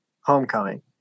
Homecoming